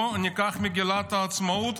שניקח את מגילת העצמאות,